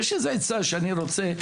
יש איזה הצעה שאני רוצה,